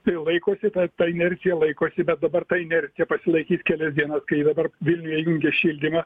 tai laikosi ta ta inercija laikosi bet dabar tai inercija pasilaikys kelias dienas kai dabar vilniuje jungė šildymą